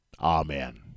Amen